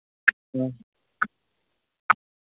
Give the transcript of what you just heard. ꯑꯥ